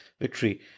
Victory